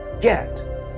Get